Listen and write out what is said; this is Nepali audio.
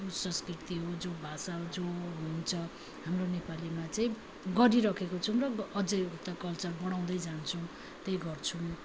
संस्कृति हो जो भाषा हो जो हुन्छ हाम्रो नेपालीमा चाहिँ गरिराखेको छौँ र अझ उता कल्चर बढाउँदै जान्छौँ त्यही गर्छौँ